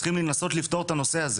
וצריכים לנסות לפתור את הנושא הזה.